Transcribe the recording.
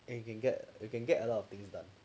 you can get you can get a lot of things done